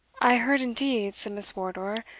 i heard indeed, said miss wardour,